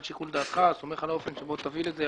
שיקול דעתך ועל האופן שבו תוביל את זה.